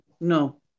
No